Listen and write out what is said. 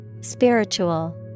Spiritual